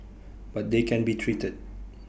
but they can be treated